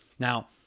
Now